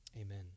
Amen